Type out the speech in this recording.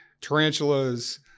tarantulas